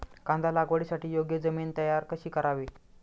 कांदा लागवडीसाठी योग्य जमीन तयार कशी करावी?